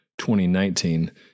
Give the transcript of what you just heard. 2019